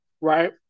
right